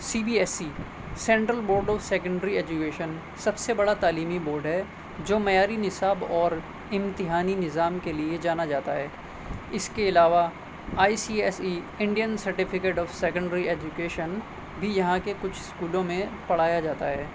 C B S C central board of secondary education سب سے بڑا تعلیمی بورڈ ہے جو معیاری نصاب اور امتحانی نظام کے لیے جانا جاتا ہے اس کے علاوہ I C S E Indian certificate of secondary education بھی یہاں کے کچھ اسکولوں میں پڑھایا جاتا ہے